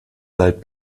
seit